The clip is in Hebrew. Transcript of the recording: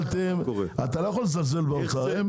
אתה לא יכול לזלזל באוצר.